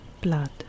blood